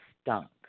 stunk